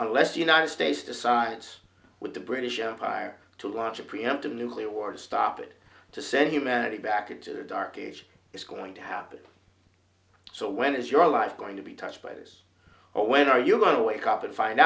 unless the united states decides with the british empire to launch a preemptive nuclear war to stop it to send humanity back into the dark age it's going to happen so when is your life going to be touched by those or when are you going to wake up and find